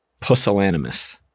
pusillanimous